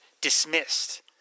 dismissed